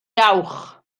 dawch